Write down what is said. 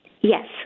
Yes